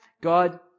God